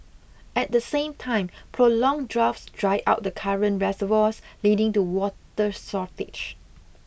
at the same time prolonged droughts dry out the current reservoirs leading to water shortage